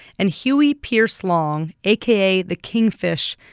and huey pierce long, aka the kingfish,